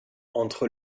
entre